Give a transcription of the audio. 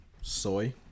Soy